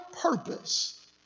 purpose